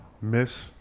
Miss